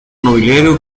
nobiliario